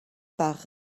par